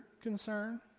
concern